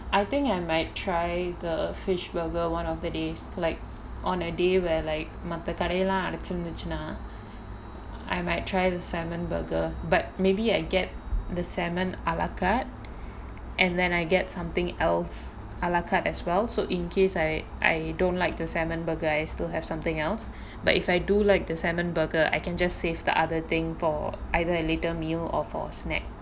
I think I might try the fish burger one of the days like on a day where like மத்த கடை எல்லாம் அடச்சு இருந்துச்சுனா:maththa kadai ellaam adachu irunthuchunaa I might try the salmon burger but maybe I get the salmon a la carte and then I get something else a la carte as well so in case I I don't like the salmon burger I still have something else but if I do like the salmon burger I can just save the other thing for either a later meal or for a snack